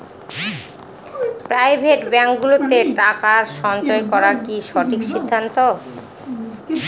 Private ব্যাঙ্কগুলোতে টাকা সঞ্চয় করা কি সঠিক সিদ্ধান্ত?